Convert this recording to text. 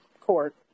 court